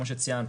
כמו שציינת,